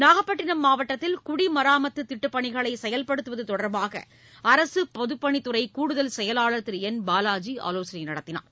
நாகப்பட்டினம் மாவட்டத்தில் குடிமராமத்து திட்டப் பணிகளை செயல்படுத்துவது தொடர்பாக அரசுப் பொதுப்பணித்துறை கூடுதல் செயலாளர் திரு என் பாலாஜி ஆலோசனை நடத்தினார்